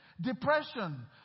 depression